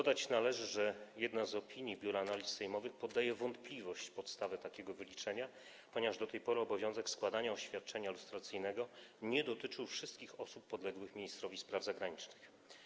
Dodać należy, że jedna z opinii Biura Analiz Sejmowych podaje w wątpliwość podstawę takiego wyliczenia, ponieważ do tej pory obowiązek składania oświadczenia lustracyjnego nie dotyczył wszystkich osób podległych ministrowi spraw zagranicznych.